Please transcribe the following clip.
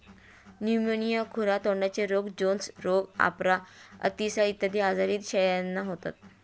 pneumonia, खुरा तोंडाचे रोग, जोन्स रोग, अपरा, अतिसार इत्यादी आजारही शेळ्यांना होतात